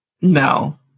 No